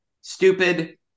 Stupid